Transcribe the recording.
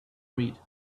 read